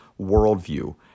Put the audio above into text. worldview